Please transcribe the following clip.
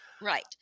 Right